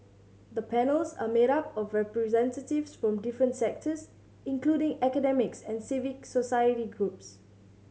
the panels are made up of representatives from different sectors including academics and civic society groups